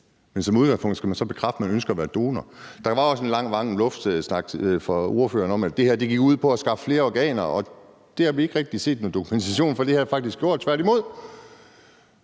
men som udgangspunkt skal man så bekræfte, at man ønsker at være donor. Der var også en lang varm luft-snak fra ordføreren om, at det her gik ud på at skaffe flere organer, og det har vi ikke rigtig set noget dokumentation for at det her faktisk har gjort, tværtimod.